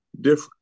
different